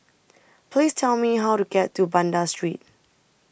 Please Tell Me How to get to Banda Street